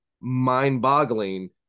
mind-boggling